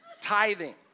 Tithing